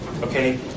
Okay